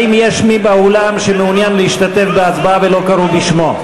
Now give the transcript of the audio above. האם יש מי באולם שמעוניין להשתתף בהצבעה ולא קראו בשמו?